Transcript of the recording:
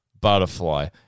butterfly